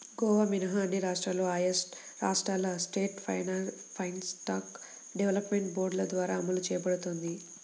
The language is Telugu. గోవా మినహా అన్ని రాష్ట్రాల్లో ఆయా రాష్ట్రాల స్టేట్ లైవ్స్టాక్ డెవలప్మెంట్ బోర్డుల ద్వారా అమలు చేయబడుతోంది